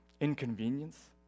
inconvenience